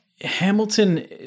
Hamilton